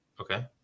Okay